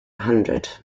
hundred